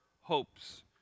hopes